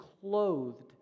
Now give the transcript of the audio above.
clothed